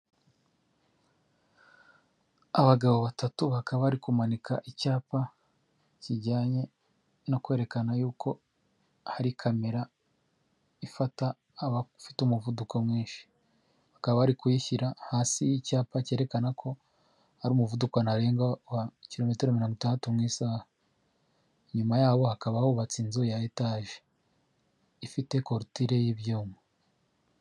Abagabo batatu bakaba bari kumanika icyapa kijyanye no kwerekana yuko hari kamera ifata abafite umuvuduko mwinshi, bakaba bari kuyishyira hasi icyapa cyerekana ko ari umuvuduko ntarengwa wa kilometero mirongo itandatu mu isaha. Inyuma yaho hakaba hubatse inzu ya etaje ifite korutire y'ibyuma